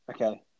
Okay